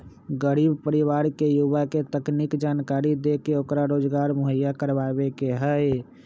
गरीब परिवार के युवा के तकनीकी जानकरी देके ओकरा रोजगार मुहैया करवावे के हई